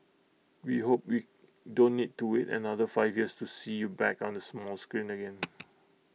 we hope we don't need to wait another five years to see you back on the small screen again